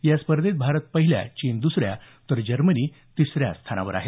या स्पर्धेत भारत पहिल्या चीन दुसऱ्या तर जर्मनी तिसऱ्या स्थानावर आहे